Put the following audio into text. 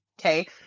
Okay